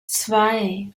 zwei